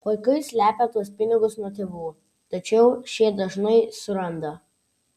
vaikai slepią tuos pinigus nuo tėvų tačiau šie dažnai surandą